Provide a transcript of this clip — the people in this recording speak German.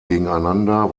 gegeneinander